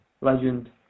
Legend